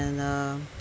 and uh